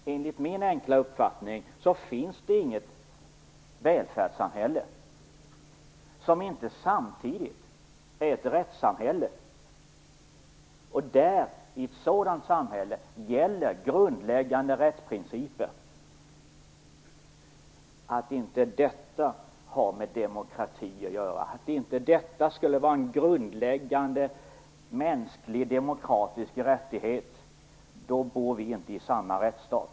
Men enligt min enkla uppfattning finns det inget välfärdssamhälle som inte samtidigt är ett rättssamhälle, och i ett sådant samhälle gäller grundläggande rättsprinciper. Om inte detta har med demokrati att göra och om inte detta skulle vara en grundläggande mänsklig demokratisk rättighet - då bor vi inte samma rättsstat.